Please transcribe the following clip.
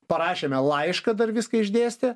parašėme laišką dar viską išdėstė